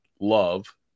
love